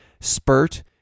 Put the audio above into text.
spurt